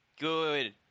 Good